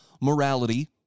morality